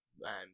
Man